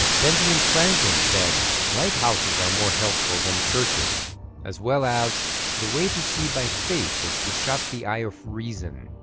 benjamin franklin said lighthouses are more helpful than churches as well as the way to sea by faith is to shut the eye of reason